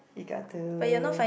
you got to